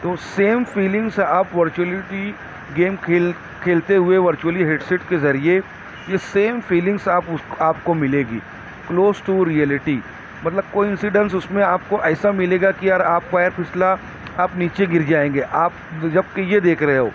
تو same feelings آپ virtuality game کھیل کھیلتے ہوئے ورچوولی ہیڈسیٹ کے ذریعے یہ سیم فیلنگس آپ اس آپ کو ملے گی کلوز ٹو ریئلیٹی مطلب کوانسیڈینس اس میں ایسا ملے گا کہ یار آپ پیر پھسلا آپ نیچے گر جائیں گے آپ جب کہ آپ یہ دیکھ رہے ہو